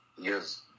Yes